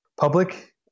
public